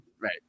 Right